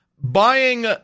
Buying